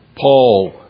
Paul